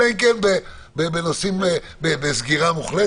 אלא אם כן בסגירה מוחלטת.